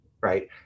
Right